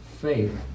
faith